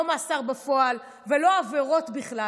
לא מאסר בפועל ולא עבירות בכלל.